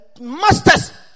masters